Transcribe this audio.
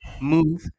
move